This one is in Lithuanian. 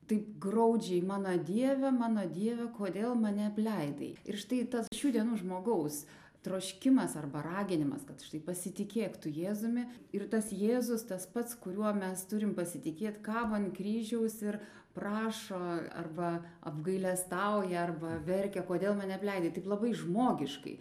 taip graudžiai mano dieve mano dieve kodėl mane apleidai ir štai tas šių dienų žmogaus troškimas arba raginimas kad štai pasitikėk tu jėzumi ir tas jėzus tas pats kuriuo mes turim pasitikėt kabo ant kryžiaus ir prašo arba apgailestauja arba verkia kodėl mane apleidai taip labai žmogiškai